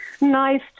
nice